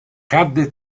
cadde